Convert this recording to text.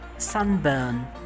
Sunburn